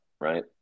right